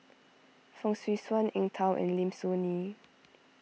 Fong Swee Suan Eng Tow and Lim Soo Ngee